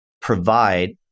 provide